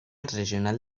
regional